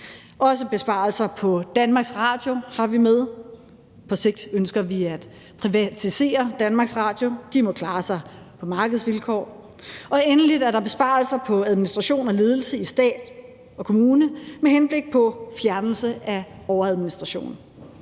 Også besparelser i DR har vi med. På sigt ønsker vi at privatisere DR; de må klare sig på markedsvilkår. Og endelig er der besparelser på administration og ledelse i staten og kommunerne med henblik på fjernelse af overadministration.